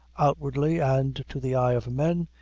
outwardly, and to the eye of men,